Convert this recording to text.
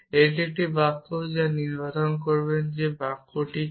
এটি এমন একটি বাক্য যা নির্ধারণ করবে না যে বাক্যটি কী